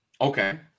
Okay